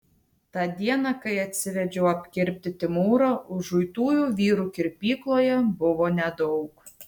tą dieną kai atsivedžiau apkirpti timūrą užuitųjų vyrų kirpykloje buvo nedaug